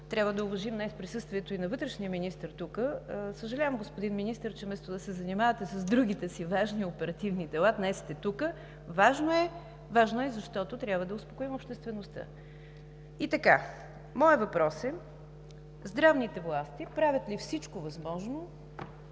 трябва да уважим днес присъствието и на вътрешния министър. Съжалявам, господин Министър, че вместо да се занимавате с другите си важни оперативни дела днес сте тук. Важно е! Важно е, защото трябва да успокоим обществеността. Моят въпрос е: здравните власти правят ли всичко възможно,